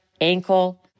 ankle